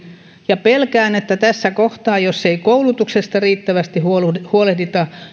ja pelkään että tässä kohtaa jos ei koulutuksesta riittävästi huolehdita huolehdita